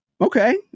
Okay